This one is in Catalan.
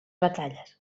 batalles